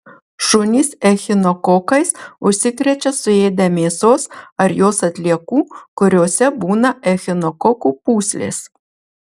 šunys echinokokais užsikrečia suėdę mėsos ar jos atliekų kuriose būna echinokokų pūslės